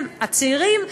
הצעירים,